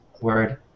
word